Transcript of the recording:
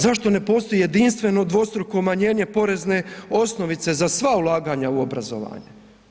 Zašto ne postoji jedinstveno dvostruko umanjenje porezne osnovice za sva ulaganja u obrazovanje?